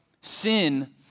sin